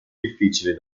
difficili